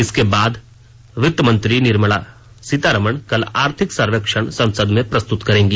इसके बाद वित्त मंत्री निर्मला सीतारामन कल आर्थिक सर्वेक्षण संसद में प्रस्तुत करेंगी